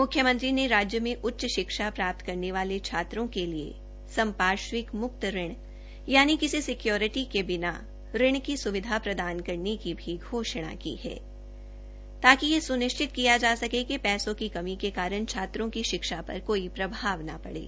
म्ख्यमंत्री ने राज्य में उच्च शिक्षा प्राप्त करने वाले छात्रों के लिए संपार्श्विक मुक्त ऋण यानि किसी सिक्योरिटी के बिना त्रण की स्विधा प्रदान करने की भी घोषणा की है ताकि यह स्निश्चित किया जा सके कि पैसों की कमी के कारण छात्रों की शिक्षा पर कोई प्रभाव न पड़े